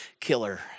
killer